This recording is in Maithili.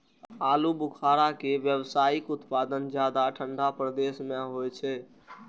आलू बुखारा के व्यावसायिक उत्पादन ज्यादा ठंढा प्रदेश मे होइ छै